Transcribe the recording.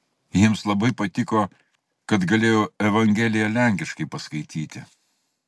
jiems labai patiko kad galėjau evangeliją lenkiškai paskaityti